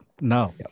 No